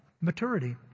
maturity